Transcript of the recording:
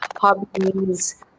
hobbies